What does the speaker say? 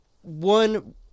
One